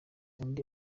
undi